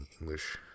English